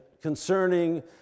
concerning